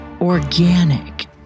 organic